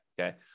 Okay